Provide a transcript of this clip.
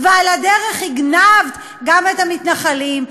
ועל הדרך הגנבת גם את המתנחלים.